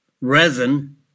resin